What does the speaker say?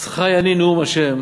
אז חי אני, נאום ה',